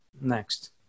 next